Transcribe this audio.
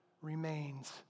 remains